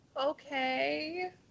okay